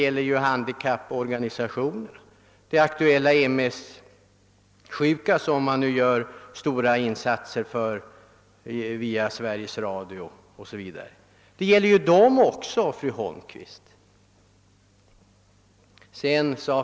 Tänk, fru Holmqvist, på de aktuella MS-sjuka, som man gör stora insatser för bl.a. via Sveriges Radio.